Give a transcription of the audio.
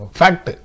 fact